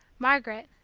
margaret,